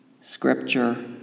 scripture